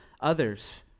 others